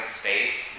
space